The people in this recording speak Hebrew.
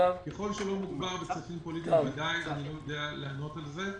ככל שלא מדובר בכספים פוליטיים בוודאי אני לא יודע לענות על זה.